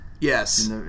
Yes